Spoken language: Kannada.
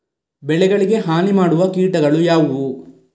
ಬೆಳೆಗಳಿಗೆ ಹಾನಿ ಮಾಡುವ ಕೀಟಗಳು ಯಾವುವು?